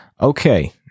Okay